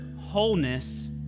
wholeness